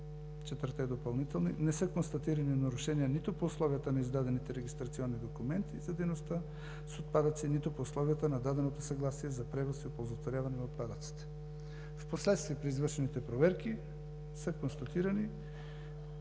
проверки допълнително не са констатирани нарушения нито по условията на издадените регистрационни документи за дейността с отпадъци, нито по условията на даденото съгласие за превоз и оползотворяване на отпадъците. Впоследствие при извършените проверки са констатирани